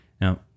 Now